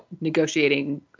negotiating